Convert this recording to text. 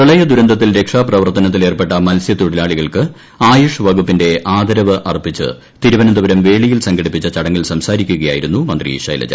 പ്രളയദുരന്തത്തിൽ രക്ഷാ പ്രവർത്തനത്തിൽ ഏർപ്പെട്ട മത്സൃത്തൊഴിലാളികൾക്ക് ആയുഷ് വകുപ്പിന്റെ അർപ്പിച്ച് ആദരവ് തിരുവനന്തപുരം വേളിയിൽ സംഘടിപ്പിച്ച ചടങ്ങിൽ സംസാരിക്കുകയായിരുന്നു മന്ത്രി ശൈലജ